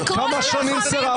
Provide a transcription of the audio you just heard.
כמה אתה עשית צבא?